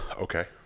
Okay